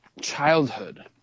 childhood